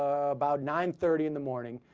about nine thirty in the morning